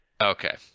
Okay